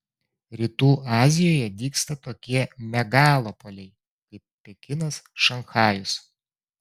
rytų azijoje dygsta tokie megalopoliai kaip pekinas šanchajus